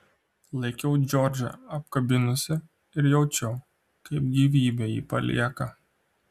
laikiau džordžą apkabinusi ir jaučiau kaip gyvybė jį palieka